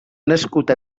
nascut